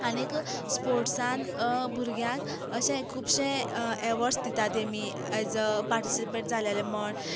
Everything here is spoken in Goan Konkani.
आनीक स्पोर्टसान भुरग्यांक अशें खुबशें अवॉर्डस दिता तेमी एज पार्टिसिपेट जालेले म्हण